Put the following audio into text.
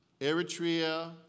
Eritrea